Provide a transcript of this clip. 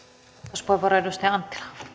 arvoisa